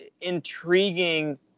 intriguing